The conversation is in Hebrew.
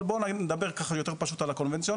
אבל, בוא נדבר יותר פשוט על הקונבנציונלי,